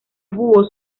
búhos